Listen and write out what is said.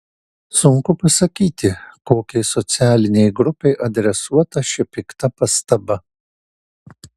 sunku pasakyti kokiai socialinei grupei adresuota ši pikta pastaba